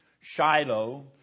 Shiloh